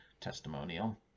testimonial